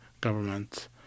government